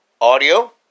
audio